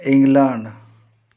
England